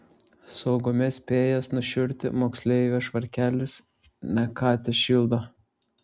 saugume spėjęs nušiurti moksleivio švarkelis ne ką tešildo